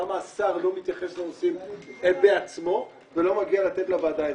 למה השר לא מתייחס לנושאים בעצמו ולא מגיע לתת לוועדה הסבר?